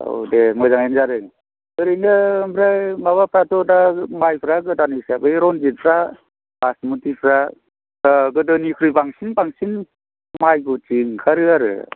औ दे मोजाङानो जादों ओरैनो ओमफ्राय माबाफ्राथ' दा माइफ्रा गोदान हिसाबै रनजितफ्रा बासमुथिफोरा गोदोनिख्रुइ बांसिन बांसिन माइ गुदि ओंखारो आरो